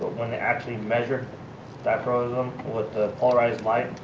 when they actually measured dichroism with ah polarized like